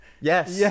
Yes